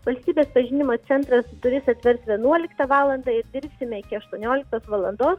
valstybės pažinimo centras duris atvers vienuoliktą valandą ir dirbsime iki aštuonioliktos valandos